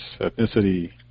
ethnicity